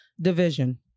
Division